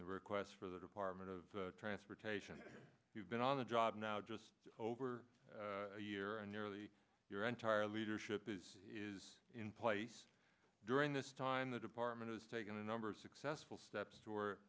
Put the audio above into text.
request for the department of transportation you've been on the job now just over a year and nearly your entire leadership is is in place during this time the department has taken a number of successful steps